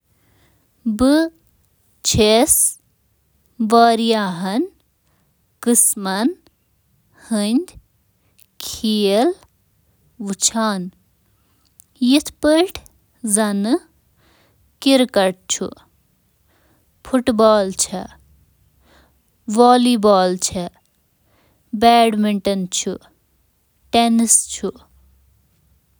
بہٕ چھُس 2-3 کھیلَن ہٕنٛدۍ کھیل وُچھان تہٕ کم از کم 2-3 کھیل گِنٛدان یِتھ کٔنۍ زَن کرکٹ، فٹ بال تہٕ باقی۔